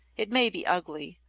it may be ugly,